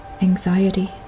anxiety